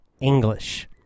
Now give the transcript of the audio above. English